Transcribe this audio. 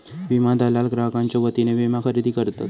विमा दलाल ग्राहकांच्यो वतीने विमा खरेदी करतत